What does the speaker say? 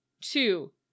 Two